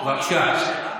בבקשה.